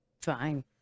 fine